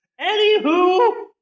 Anywho